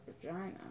vagina